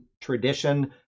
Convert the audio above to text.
tradition